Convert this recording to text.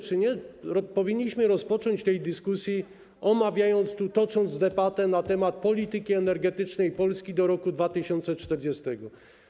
Czy nie powinniśmy rozpocząć tej dyskusji, omawiając tu, tocząc debatę na temat polityki energetycznej Polski do roku 2040?